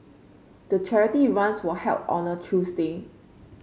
the charity run was held on a Tuesday